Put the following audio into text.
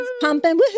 pumping